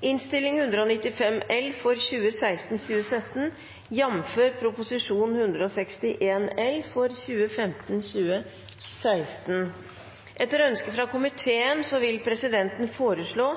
innstilling har gitt loven støtte. Flere har ikke bedt om ordet til sak nr. 5. Etter ønske fra komiteen vil presidenten foreslå